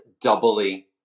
doubly